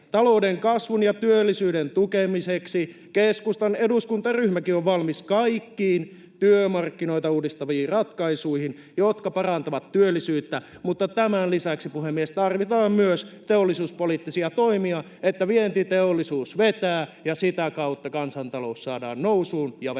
Talouden kasvun ja työllisyyden tukemiseksi keskustan eduskuntaryhmäkin on valmis kaikkiin työmarkkinoita uudistaviin ratkaisuihin, jotka parantavat työllisyyttä. Mutta tämän lisäksi, puhemies, tarvitaan myös teollisuuspoliittisia toimia, että vientiteollisuus vetää ja sitä kautta kansantalous saadaan nousuun ja velka